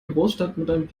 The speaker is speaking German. großstadt